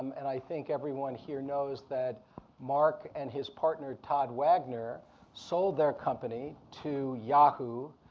and i think everyone here knows that mark and his partner todd wagner sold their company to yahoo!